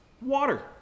Water